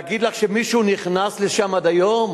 להגיד לך שמישהו נכנס לשם עד היום?